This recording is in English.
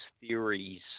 theories